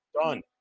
done